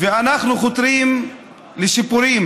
ואנחנו חותרים לשיפורים,